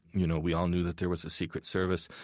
you know, we all knew that there was a secret service.